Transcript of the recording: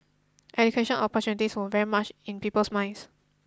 education opportunities were very much in people's minds